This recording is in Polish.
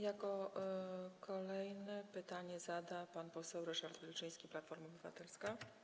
Jako kolejny pytanie zada pan poseł Ryszard Wilczyński, Platforma Obywatelska.